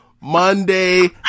Monday